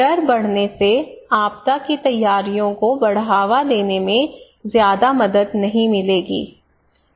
डर बढ़ने से आपदा की तैयारियों को बढ़ावा देने में ज्यादा मदद नहीं मिलेगी